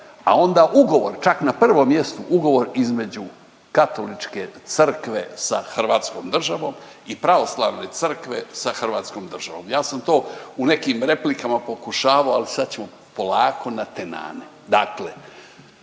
a onda ugovor čak na prvom ugovor između Katoličke crkve sa hrvatskom državom i Pravoslavne crkve sa hrvatskom državom. Ja sam to u nekim replikama pokušao, ali sad ćemo polako natenane. Dakle,